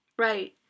right